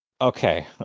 okay